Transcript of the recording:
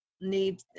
need